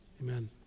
Amen